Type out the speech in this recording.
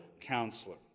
counselor